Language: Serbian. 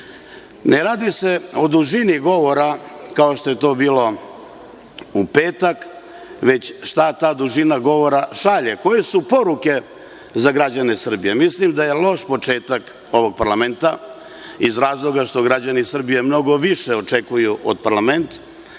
radi se o dužini govora, kao što je to bilo u petak, već šta ta dužina govora šalje, koje su poruke za građane Srbije. Mislim da je loš početak ovog parlamenta iz razloga što građani Srbije mnogo više očekuju od parlamenta,